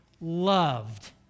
loved